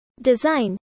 Design